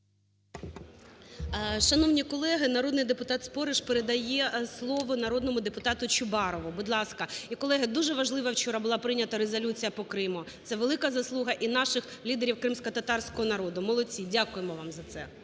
Шановні колеги, народний депутат Спориш передає слово народному депутату Чубарову. Будь ласка. І, колеги, дуже важлива вчора була прийнята резолюція по Криму. Це велика заслуга і наших лідерів кримськотатарського народу. Молодці! Дякуємо вам за це.